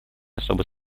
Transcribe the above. особый